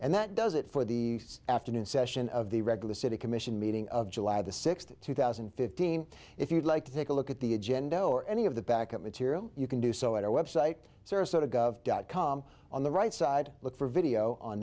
and that does it for the afternoon session of the regular city commission meeting of july the sixth two thousand and fifteen if you'd like to take a look at the agenda or any of the backup material you can do so at our website sarasota gov dot com on the right side look for video on